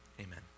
amen